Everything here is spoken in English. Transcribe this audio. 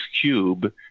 Cube